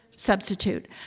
Substitute